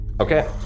Okay